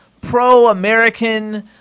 pro-American